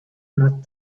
not